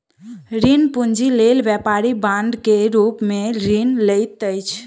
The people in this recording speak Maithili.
ऋण पूंजी लेल व्यापारी बांड के रूप में ऋण लैत अछि